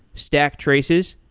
stack traces,